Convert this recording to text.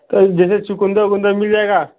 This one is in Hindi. कल जैसे चुकुंदर उकुंदर मिल जाएगा